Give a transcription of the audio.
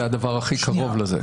זה הדבר הכי קרוב לזה,